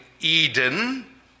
Eden